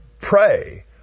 Pray